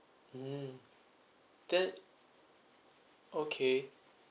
mm then okay